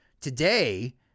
Today